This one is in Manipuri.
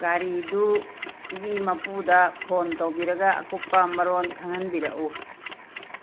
ꯒꯥꯔꯤꯗꯨꯒꯤ ꯃꯄꯨꯗ ꯐꯣꯟ ꯇꯧꯕꯤꯔꯒ ꯑꯀꯨꯞꯄ ꯃꯔꯣꯟ ꯈꯪꯍꯟꯕꯤꯔꯛꯎ